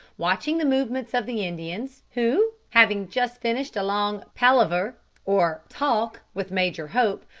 watching the movements of the indians, who, having just finished a long palaver or talk with major hope,